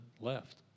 left